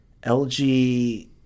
LG